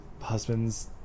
husband's